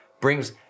brings